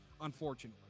unfortunately